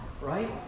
right